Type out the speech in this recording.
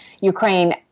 Ukraine